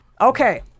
Okay